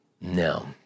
No